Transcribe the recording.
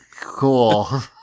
cool